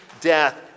death